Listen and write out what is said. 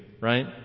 right